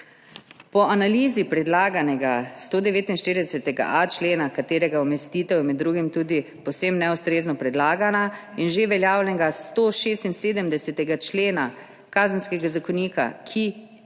Po analizi predlaganega 149.a člena, katerega umestitev je med drugim tudi povsem neustrezno predlagana, in že veljavnega 176. člena Kazenskega zakonika, ki